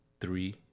three